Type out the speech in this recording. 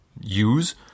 use